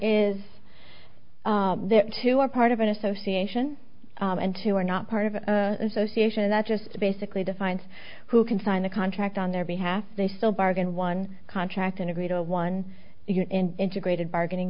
there two are part of an association and two are not part of an association that just basically defines who can sign a contract on their behalf they still bargain one contract and agree to one integrated bargaining